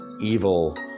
evil